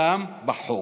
גם בחוק.